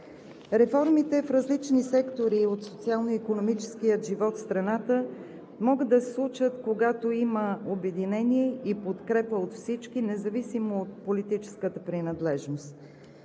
Реформите в различни сектори от социално-икономическия живот в страната могат да се случат, когато има обединение и подкрепа от всички, независимо от политическата принадлежност.